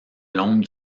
longue